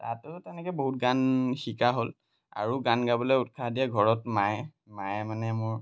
তাতো তেনেকৈ বহুত গান শিকা হ'ল আৰু গান গাবলৈ উৎসাহ দিয়ে ঘৰত মায়ে মায়ে মানে মোৰ